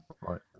Right